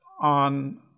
on